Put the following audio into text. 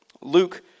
Luke